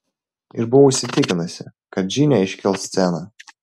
ir buvau įsitikinusi kad džine iškels sceną